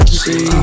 see